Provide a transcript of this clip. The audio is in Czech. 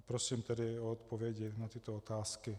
Prosím tedy o odpovědi na tyto otázky.